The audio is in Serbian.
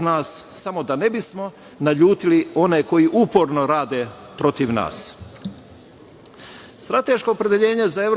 nas? Strateško opredeljenje za EU